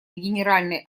генеральной